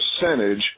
percentage